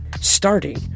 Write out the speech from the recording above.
starting